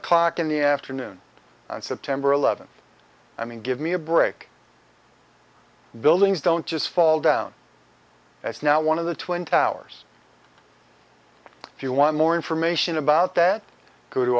o'clock in the afternoon on september eleventh i mean give me a brick buildings don't just fall down that's now one of the twin towers if you want more information about that go to